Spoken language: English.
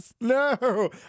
No